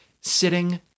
sitting